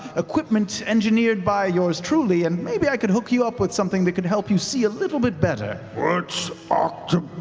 equipment engineered by yours truly, and maybe i could hook you up with something that could help you see a little bit better. liam what's um